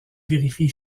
vérifie